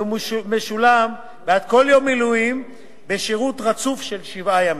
והוא משולם בעד כל יום מילואים בשירות רצוף של שבעה ימים,